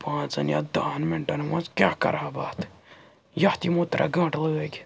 پانٛژَن یا دَہَن مِنٹَن منٛز کیٛاہ کَرٕہا بہٕ اتھ یَتھ یِمو ترٛےٚ گٲنٛٹہٕ لٲگۍ